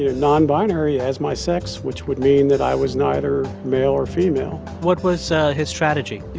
yeah nonbinary as my sex, which would mean that i was neither male or female what was his strategy? you